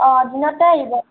অ' দিনতে আহিব